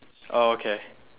oh okay